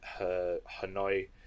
Hanoi